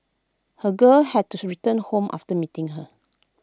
her girl had to return home after meeting her